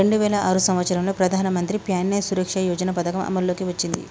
రెండు వేల ఆరు సంవత్సరంలో ప్రధానమంత్రి ప్యాన్య సురక్ష యోజన పథకం అమల్లోకి వచ్చింది